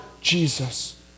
Jesus